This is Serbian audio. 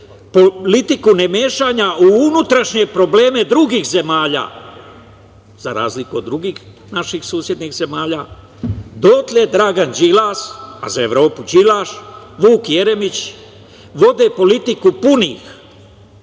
politiku nemešanja u unutrašnje probleme drugih zemalja, za razliku od drugih naših susednih zemalja, dotle Dragan Đilas, za Evropu Đilaš, i Vuk Jeremić vode politiku punih,